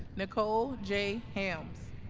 nicole j. hams